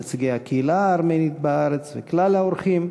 נציגי הקהילה הארמנית בארץ וכלל האורחים,